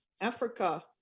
Africa